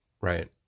Right